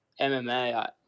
MMA